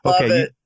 Okay